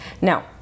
Now